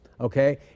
okay